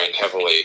heavily